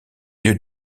yeux